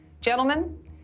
Gentlemen